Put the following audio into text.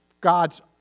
God's